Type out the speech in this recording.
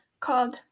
called